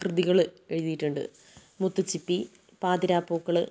കൃതികൾ എഴുതിട്ടുണ്ട് മുത്തുച്ചിപ്പി പാതിരാപ്പൂക്കൾ